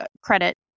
credit